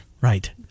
Right